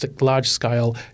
large-scale